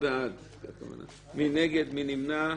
מי נמנע?